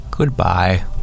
Goodbye